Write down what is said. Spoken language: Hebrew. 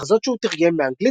היו מחזות שהוא תרגם באנגלית,